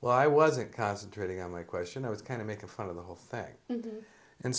well i wasn't concentrating on my question i was kind of making fun of the whole thing and